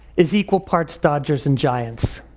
is equal parts dodgers and giants.